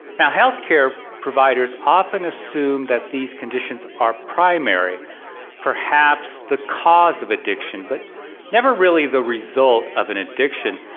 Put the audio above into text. now, healthcare providers often assume that these conditions are primary perhaps the cause of addiction but never really the result of an addiction.